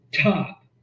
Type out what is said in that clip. top